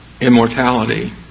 immortality